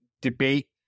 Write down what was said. debate